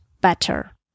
better